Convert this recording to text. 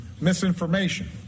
misinformation